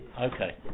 Okay